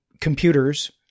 computers